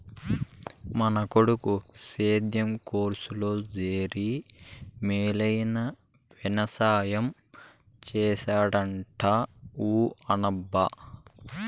మన కొడుకు సేద్యం కోర్సులో చేరి మేలైన వెవసాయం చేస్తాడంట ఊ అనబ్బా